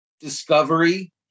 discovery